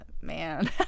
man